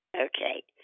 Okay